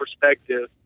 perspective